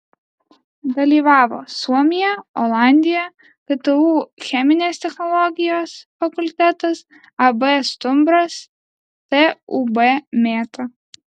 dalyvavo suomija olandija ktu cheminės technologijos fakultetas ab stumbras tūb mėta